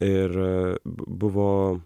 ir buvo